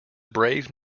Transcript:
brave